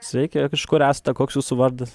sveiki iš kur esate koks jūsų vardas